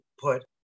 put